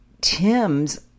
Tim's